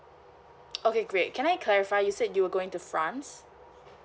okay great can I clarify you said you were going to france